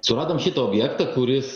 suradom šitą objektą kuris